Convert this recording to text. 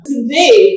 Today